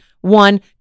one